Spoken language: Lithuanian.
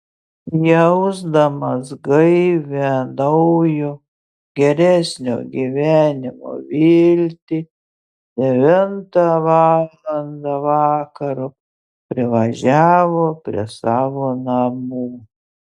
jausdamas gaivią naujo geresnio gyvenimo viltį devintą valandą vakaro privažiavo prie savo namų